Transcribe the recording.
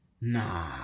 Nah